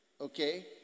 okay